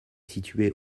situé